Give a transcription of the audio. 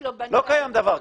לא קיים דבר כזה.